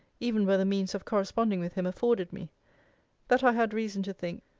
even were the means of corresponding with him afforded me that i had reason to think,